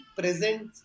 present